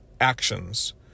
actions